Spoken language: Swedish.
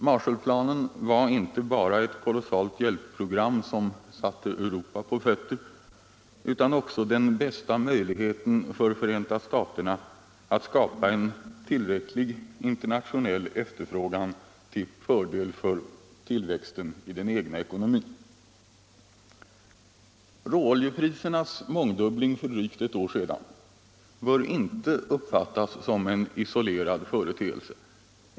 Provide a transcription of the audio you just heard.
Marshallplanen var inte bara ett kolossalt hjälpprogram, som satte Europa på fötter, utan också den bästa möjligheten för Förenta staterna att skapa en tillräcklig internationell efterfrågan till fördel för tillväxten i den egna ekonomin. Råoljeprisernas mångdubbling för drygt ett år sedan bör inte uppfattas som en isolerad företeelse.